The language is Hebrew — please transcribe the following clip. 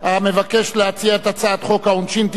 המבקש להציע את הצעת חוק העונשין (תיקון,